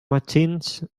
machines